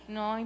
no